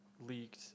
leaked